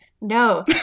No